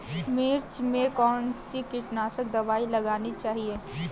मिर्च में कौन सी कीटनाशक दबाई लगानी चाहिए?